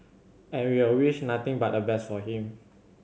and we'll wish nothing but the best for him